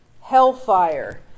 hellfire